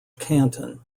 canton